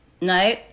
No